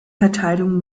verteilung